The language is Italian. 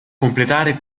completare